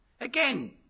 again